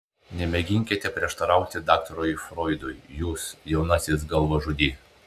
nemėginkite prieštarauti daktarui froidui jūs jaunasis galvažudy